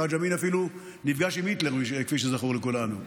חאג' אמין אפילו נפגש עם היטלר, כפי שזכור לכולנו.